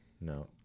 No